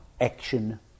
action